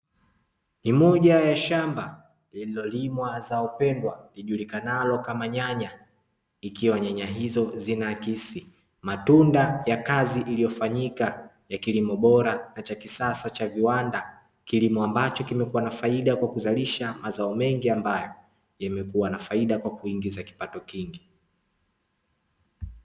Ni moja ya shamba linalolimwa zao pendwa ,lijulikanalo kama nyanya, ikiwa nyanya hizo zinaakisi matunda ya kazi iliyofanyika, ya kilimo bora na cha kisasa, cha viwanda, kilimo ambacho kimekuwa na faida kwa kuzalisha mazao mengi ambayo, yamekuwa na faida kwa kuingiza kipato kingi.